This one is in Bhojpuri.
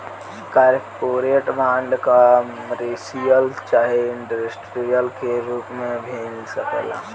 कॉरपोरेट बांड, कमर्शियल चाहे इंडस्ट्रियल के रूप में भी मिल सकेला